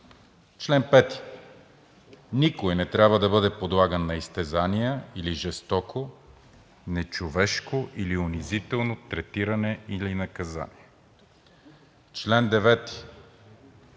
Чл. 5. Никой не трябва да бъде подлаган на изтезания или жестоко, нечовешко или унизително третиране или наказание. Чл. 9.